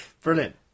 Brilliant